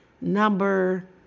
number